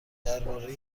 درباره